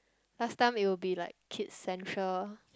last time it will be like Kids-Central